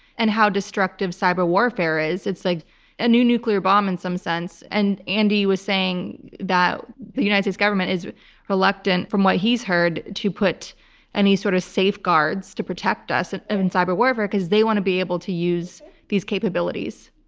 and how destructive cyber warfare is. it's like a new nuclear bomb in some sense. and andy was saying that the united states government is reluctant from what he's heard to put any sort of safeguards to protect us and in cyber warfare because they want to be able to use these capabilities.